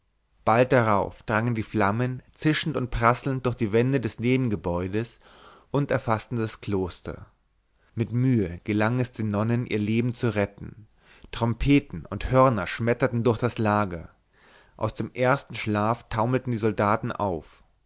bald darauf drangen die flammen zischend und prasselnd durch die wände des nebengebäudes und erfaßten das kloster mit mühe gelang es den nonnen ihr leben zu retten trompeten und hörner schmetterten durch das lager aus dem ersten schlaf taumelten die soldaten auf